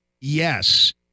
yes